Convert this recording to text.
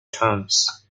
terms